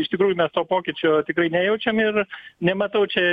iš tikrųjų mes to pokyčio tikrai nejaučiam ir nematau čia